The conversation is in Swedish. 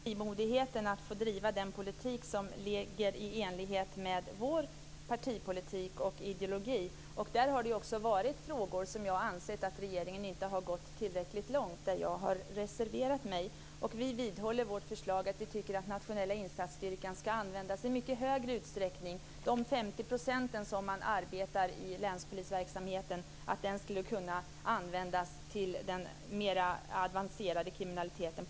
Fru talman! Jag tar mig ändå friheten att driva den politik som är i enlighet med vår partipolitik och vår ideologi. Det har också varit i frågor där jag har ansett att regeringen inte har gått tillräckligt långt som jag har reserverat mig. Vi vidhåller vårt förslag att den nationella insatsstyrkan ska användas i mycket högre utsträckning. De 50 % man arbetar i länspolisverksamheten skulle kunna användas på ett bättre sätt till att bekämpa den mer avancerade kriminaliteten.